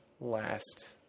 last